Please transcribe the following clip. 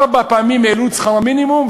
ארבע פעמים העלו את שכר המינימום,